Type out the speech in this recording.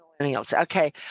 Okay